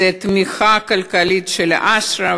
זו תמיכה כלכלית של "אשרא",